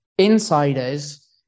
Insiders